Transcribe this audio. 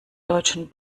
deutschen